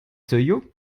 teuio